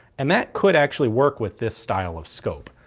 and that could actually work with this style of scope.